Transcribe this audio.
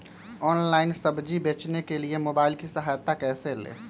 Online सब्जी बेचने के लिए मोबाईल की सहायता कैसे ले?